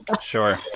Sure